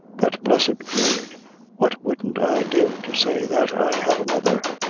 that blessed word what wouldn't i give to say that i have a mother!